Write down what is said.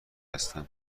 هستم